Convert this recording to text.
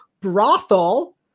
brothel